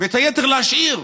ואת היתר להשאיר,